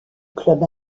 club